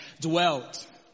dwelt